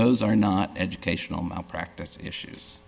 those are not educational malpractise issues